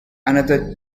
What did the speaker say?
another